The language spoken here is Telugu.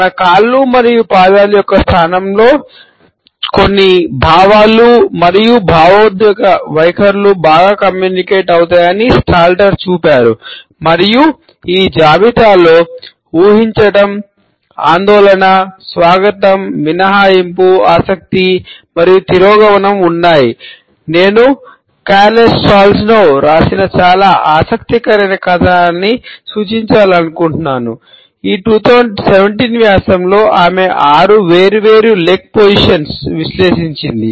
మన కాళ్ళు మరియు పాదాలు యొక్క స్థానాల సహాయంతో కొన్ని భావాలు మరియు భావోద్వేగ వైఖరులు బాగా కమ్యూనికేట్ విశ్లేషించింది